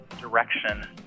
direction